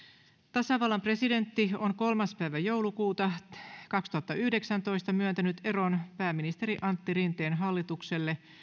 tasavallan presidentti on kolmas kahdettatoista kaksituhattayhdeksäntoista myöntänyt eron pääministeri antti rinteen hallitukselle